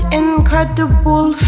incredible